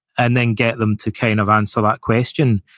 and then get them to kind of answer that question,